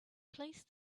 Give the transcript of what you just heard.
placed